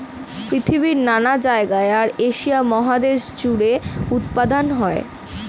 পৃথিবীর নানা জায়গায় আর এশিয়া মহাদেশ জুড়ে উৎপাদন হয়